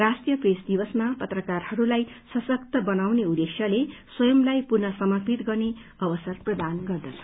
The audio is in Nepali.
राष्ट्रीय प्रेस दिवसमा पत्रकारहरूलाई सशक्त बनाउने उद्धेश्यले स्वयम्लाई पुन समर्पित गर्ने अवसर प्रदान गर्दछ